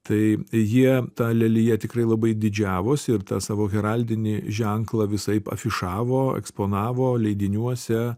tai jie ta lelija tikrai labai didžiavosi ir tą savo heraldinį ženklą visaip afišavo eksponavo leidiniuose